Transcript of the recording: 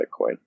Bitcoin